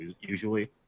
usually